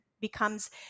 becomes